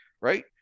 right